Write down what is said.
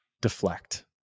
deflect